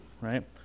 right